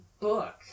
book